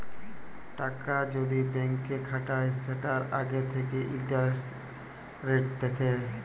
টাকা যদি ব্যাংকে খাটায় সেটার আগে থাকে ইন্টারেস্ট রেট দেখে